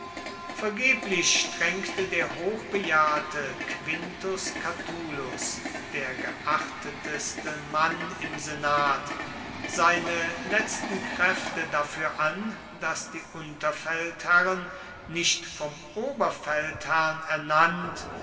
vergeblich strengte der hochbejahrte quintus catulus der geachtetste mann im senat seine letzten kräfte dafür an daß die unterfeldherren nicht vom oberfeldherrn ernannt